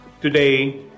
today